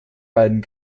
beiden